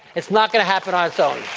it's not going to happen on its own.